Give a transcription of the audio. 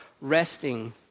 resting